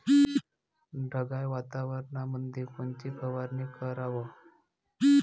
ढगाळ वातावरणामंदी कोनची फवारनी कराव?